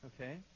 okay